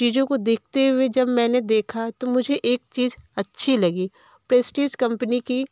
चीज़ों को देखते हुए जब मैंने देखा तो मुझे एक चीज़ अच्छी लगी प्रेस्टीज कम्पनी का